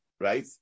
right